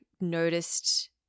noticed